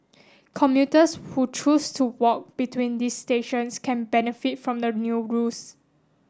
commuters who choose to walk between these stations can benefit from the new rules